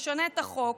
נשנה את החוק,